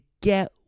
get